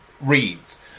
reads